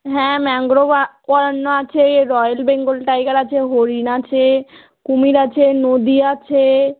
হ্যাঁ ম্যানগ্রোভ অরণ্য আছে রয়্যাল বেঙ্গল টাইগার আছে হরিণ আছে কুমির আছে নদী আছে